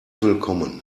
willkommen